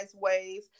ways